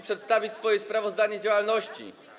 przedstawić swoje sprawozdanie z działalności.